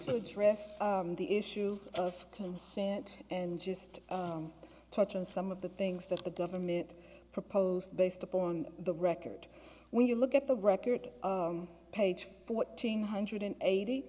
to address the issue of consent and just touch on some of the things that the government proposed based upon the record when you look at the record page fourteen hundred eighty